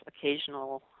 occasional